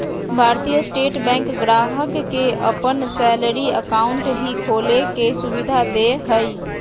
भारतीय State Bank ग्राहक के अपन सैलरी अकाउंट भी खोले के सुविधा दे हइ